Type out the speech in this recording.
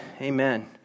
amen